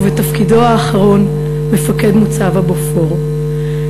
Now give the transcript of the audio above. ובתפקידו האחרון מפקד מוצב הבופור.